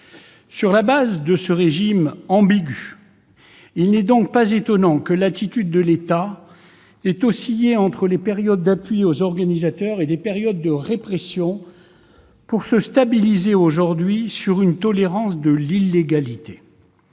Du fait de ce régime ambigu, il n'est pas étonnant que l'attitude de l'État ait oscillé entre des périodes d'appui aux organisateurs et des périodes de répression, pour se stabiliser aujourd'hui sur la base d'une tolérance de l'illégalité.